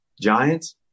Giants